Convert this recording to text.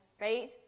right